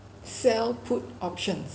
sell put options